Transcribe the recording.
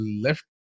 left